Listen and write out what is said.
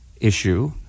issue